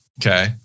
Okay